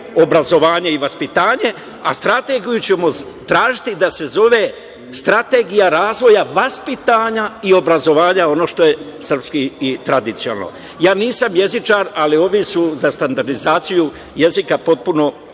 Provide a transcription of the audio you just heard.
obrazovanje i vaspitanje, a strategiju ćemo tražiti da se zove strategija razvoja vaspitanja i obrazovanja, ono što je srpski i tradicionalno. Ja nisam jezičar, ali ovi su za standardizaciju jezika potpuno